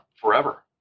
forever